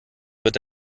wird